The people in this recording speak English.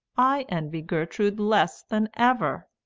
i envy gertrude less than ever.